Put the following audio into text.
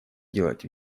делать